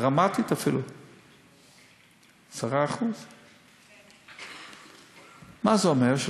דרמטית אפילו 10%. מה זה אומר?